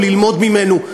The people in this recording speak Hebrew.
או ללמוד ממנו.